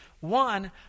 One